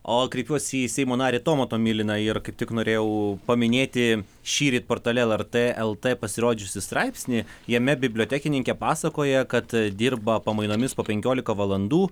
o kreipiuosi į seimo narį tomą tomiliną ir kaip tik norėjau paminėti šįryt portale lrt lt pasirodžiusį straipsnį jame bibliotekininkė pasakoja kad dirba pamainomis po penkiolika valandų